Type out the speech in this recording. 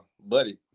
Buddy